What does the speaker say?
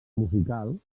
musical